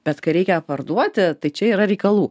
bet kai reikia parduoti tai čia yra reikalų